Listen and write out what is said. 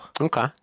Okay